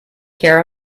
care